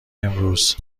امروز